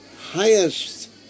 highest